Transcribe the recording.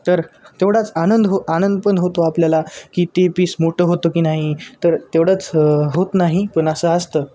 तर तेवढाच आनंद हो आनंद पण होतो आपल्याला की ते पीस मोठं होतं की नाही तर तेवढंच होत नाही पण असं असतं